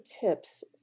tips